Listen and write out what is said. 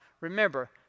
remember